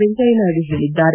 ವೆಂಕಯ್ಯನಾಯ್ತು ಪೇಳಿದ್ದಾರೆ